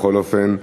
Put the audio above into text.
בכל אופן,